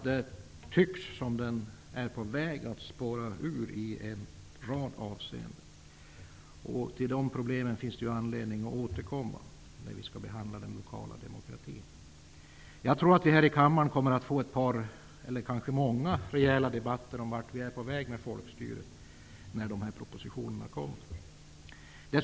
Den tycks, anser jag, vara på väg att spåra ur i en rad avseenden. Till de problemen finns det anledning att återkomma när vi behandlar frågor om den lokala demokratin. Jag tror att vi här i kammaren kommer att få många rejäla debatter om vart vi är på väg när det gäller folkstyret när aktuella propositioner kommer.